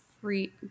free